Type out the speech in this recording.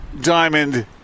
Diamond